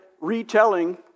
retelling